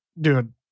dude